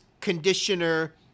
conditioner